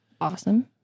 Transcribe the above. Awesome